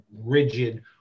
rigid